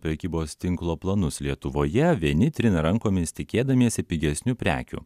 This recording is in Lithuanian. prekybos tinklo planus lietuvoje vieni trina rankomis tikėdamiesi pigesnių prekių